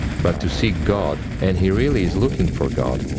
but to seeking god, and he really is looking for god, and